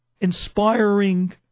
Inspiring